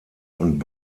und